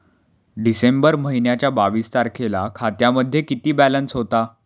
डिसेंबर महिन्याच्या बावीस तारखेला खात्यामध्ये किती बॅलन्स होता?